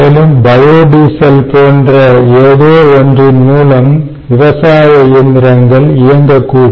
மேலும் bio diesel போன்ற ஏதோ ஒன்றின் மூலம் விவசாய இயந்திரங்கள் இயங்கக்கூடும்